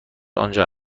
آنجا